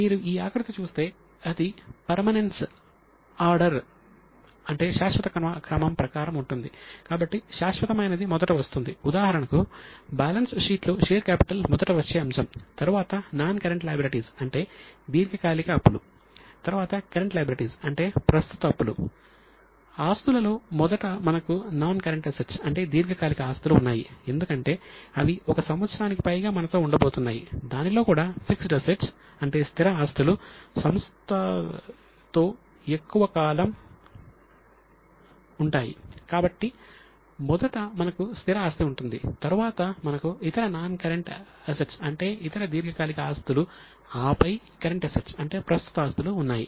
మీరు ఈ ఆకృతి చూస్తే అది పర్మనెంన్స్ ఆర్డర్ అంటే స్థిర ఆస్తులు సంస్థతో ఎక్కువ కాలం ఉంటాయి కాబట్టి మొదట మనకు స్థిర ఆస్తి ఉంటుంది తరువాత మనకు ఇతర నాన్ కరెంట్ అసెట్స్ అంటే ఇతర దీర్ఘకాలిక ఆస్తులు ఆపై కరెంట్ అసెట్స్ అంటే ప్రస్తుత ఆస్తులు ఉన్నాయి